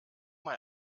man